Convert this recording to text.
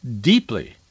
deeply